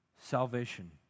salvation